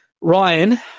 Ryan